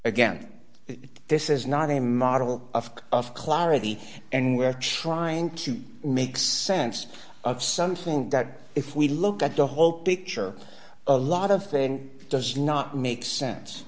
again this is not a model of of clarity and we're trying to make sense of something that if we look at the whole picture a lot of thing does not make sense